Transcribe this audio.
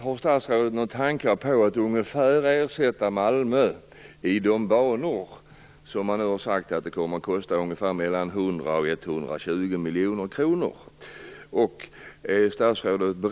Har statsrådet några tankar på att ersätta Malmö för de beräknade kostnaderna, dvs. 100-120 miljoner kronor?